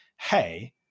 hey